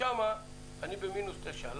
שם אני ב-9%-,